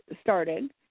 started